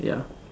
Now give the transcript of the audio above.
ya